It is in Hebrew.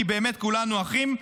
כי באמת כולנו אחים.